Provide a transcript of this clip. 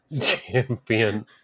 Champion